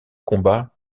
combats